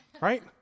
right